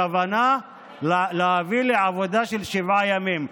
הכוונה היא להביא לעבודה של שבעה ימים.